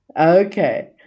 Okay